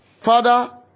Father